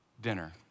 dinner